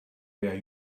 where